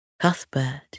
Cuthbert